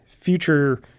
future